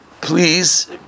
please